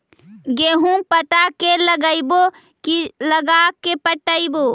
गेहूं पटा के लगइबै की लगा के पटइबै?